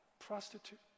prostitute